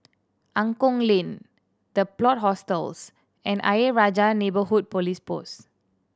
Angklong Lane The Plot Hostels and Ayer Rajah Neighbourhood Police Post